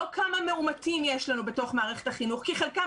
לא כמה מאומתים יש לנו בתוך מערכת החינוך כי חלקם